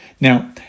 Now